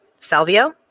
salvio